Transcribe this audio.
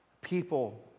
people